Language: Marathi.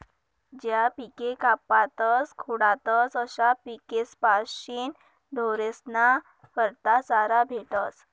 ज्या पिके कापातस खुडातस अशा पिकेस्पाशीन ढोरेस्ना करता चारा भेटस